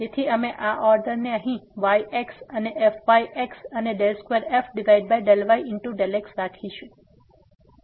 તેથી અમે આ ઓર્ડર ને અહીં yx અને fyx અને 2f∂y∂x રાખીશું